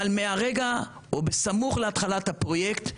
אבל בסמוך להתחלת הפרויקט,